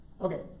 Okay